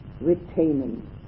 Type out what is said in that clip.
retaining